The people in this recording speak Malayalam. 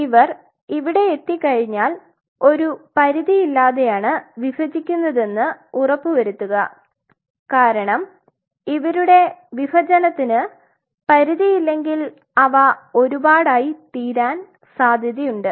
ഇവർ ഇവിടെ എത്തിക്കഴിഞ്ഞാൽ ഒരു പരിധിയിലാണ് വിഭജിക്കുന്നതെന്ന് ഉറപ്പുവരുത്തുക കാരണം ഇവരുടെ വിഭജനത്തിന് പരിധിയില്ലെങ്കിൽ അവ ഒരുപാട് ആയി തീരാൻ സാധ്യത ഉണ്ട്